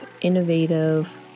innovative